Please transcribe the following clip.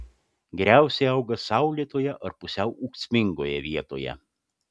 geriausiai auga saulėtoje ar pusiau ūksmingoje vietoje